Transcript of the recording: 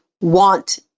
want